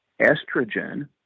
estrogen